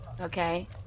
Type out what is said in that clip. okay